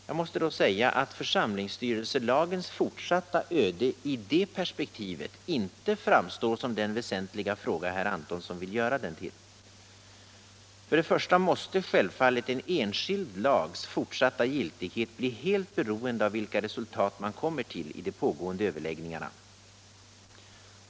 Jag måste då säga att församlingsstyrelselagens fortsatta öde i det perspektivet inte framstår som den väsentliga fråga herr Antonsson vill göra den till. För det första måste självfallet en enskild lags fortsatta giltighet bli helt beroende av vilka resultat man kommer till i de pågående överläggningarna.